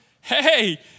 hey